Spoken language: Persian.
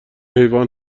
حیوان